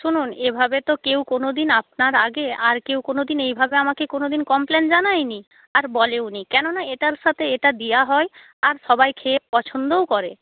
শুনুন এভাবে তো কেউ কোনো দিন আপনার আগে আর কেউ কোনো দিন এইভাবে আমাকে কোনো দিন কমপ্লেন জানায় নি আর বলেও নি কেন না এটার সাথে এটা দেওয়া হয় আর সবাই খেয়ে পছন্দও করে